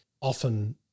often